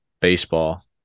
baseball